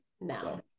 No